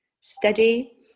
steady